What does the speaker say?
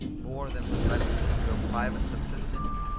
more than was requisite for your private subsistence?